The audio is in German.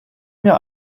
mir